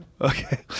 Okay